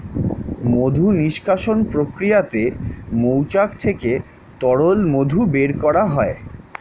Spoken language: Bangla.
মধু নিষ্কাশণ প্রক্রিয়াতে মৌচাক থেকে তরল মধু বের করা হয়